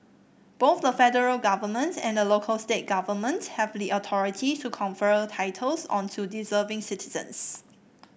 both the federal government and the local state government have the authority to confer titles onto deserving citizens